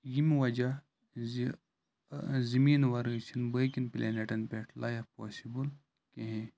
یِم وَجہ زِ زٔمِینہِ وَرٲے چھنہٕ باقٕیَن پٕلینیٚٹَن پٮ۪ٹھ لایَف پاسِبٕل کِہیٖنۍ